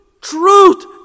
truth